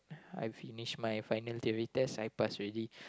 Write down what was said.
I finish my final theory test I passed already